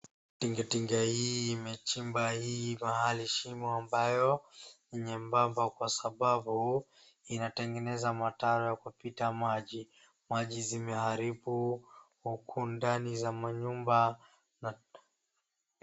Tingatinga hii imechimba hii mahali shimo ambayo ni nyembamba kwa sababu inatengenza mtaro ya kupita maji. Maji zimeharibu huku ndani za manyumba na.